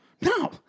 No